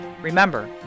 Remember